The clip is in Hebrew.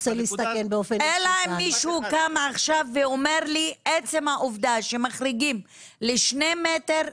אלא אם מישהו קם עכשיו ואומר לי עצם העובדה שמחריגים לשני מטרים,